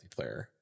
multiplayer